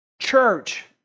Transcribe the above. church